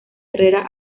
herrera